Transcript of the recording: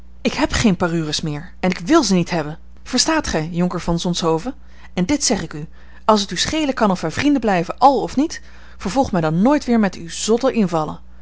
ik heb geene parures meer en ik wil ze niet hebben verstaat gij jonker van zonshoven en dit zeg ik u als t u schelen kan of wij vrienden blijven àl of niet vervolg mij dan nooit weer met uwe zotte invallen